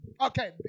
Okay